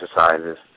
exercises